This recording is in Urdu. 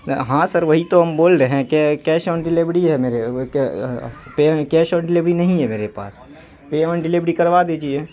ہاں سر وہی تو ہم بول رہے ہیں کہ کیش آن ڈلیوری ہے میرے کیش آن ڈلیوری نہیں ہے میرے پاس پے آن ڈلیوری کروا دیجیے